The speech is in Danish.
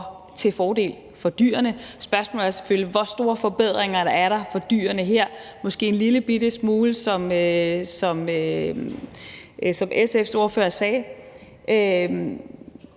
til fordel for dyrene. Spørgsmålet er selvfølgelig, hvor store forbedringer der er for dyrene her – måske en lillebitte smule, som SF's ordfører sagde